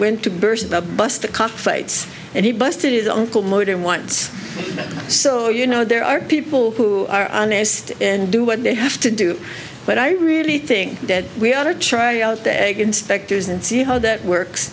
went to burst the bus to cockfights and he busted his uncle mode in once so you know there are people who are honest and do what they have to do but i really think dead we ought to try out the egg inspectors and see how that works